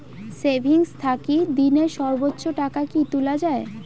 Savings থাকি দিনে সর্বোচ্চ টাকা কি তুলা য়ায়?